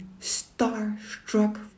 starstruck